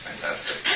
fantastic